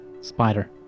Spider